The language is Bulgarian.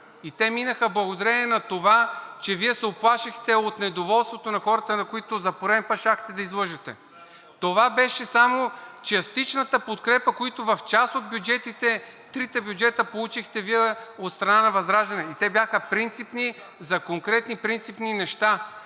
Минаха благодарение на това, че Вие се уплашихте от недоволството на хората, които за пореден щяхте да излъжете. Това беше само частичната подкрепа, която в част от бюджетите – трите бюджета, получихте от страна на ВЪЗРАЖДАНЕ, и те бяха принципни, за конкретни принципни неща,